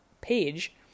page